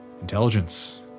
Intelligence